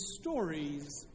stories